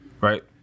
right